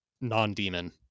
Non-demon